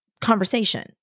conversation